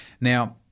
Now